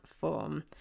form